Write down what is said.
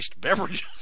beverages